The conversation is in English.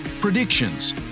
predictions